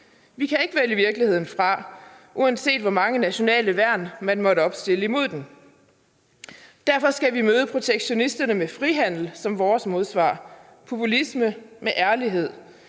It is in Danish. Vi kan ikke vælge virkeligheden fra, uanset hvor mange nationale værn man måtte stille op imod den. Derfor skal vi møde protektionisme med frihandel som vores modsvar, populisme med ærlighed,